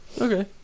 Okay